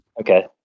Okay